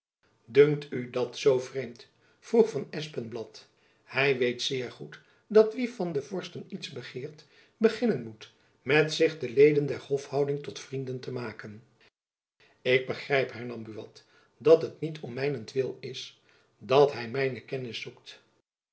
dunkt u dat zoo vreemd vroeg van espenjacob van lennep elizabeth musch blad hy weet zeer goed dat wie van de vorsten iets begeert beginnen moet met zich de leden der hofhouding tot vrienden te maken ik begrijp hernam buat dat het niet om mijnent wil is dat hy mijne kennis zoekt